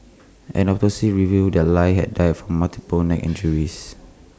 an autopsy revealed that lie had died from multiple neck injuries